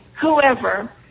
whoever